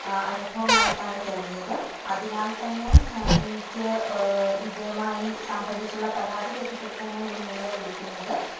അനുഭവമായിട്ടാണ് തോന്നിയത് അതിനാൽ തന്നെ എനിക്ക് ഇതുമായി സംബന്ധിച്ചുള്ള പരാതി രേഖപ്പെടുത്താനാണ് ഞാൻ നിങ്ങളെ വിളിക്കുന്നത്